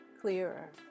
clearer